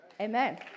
Amen